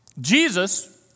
Jesus